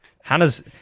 Hannah's